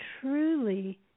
truly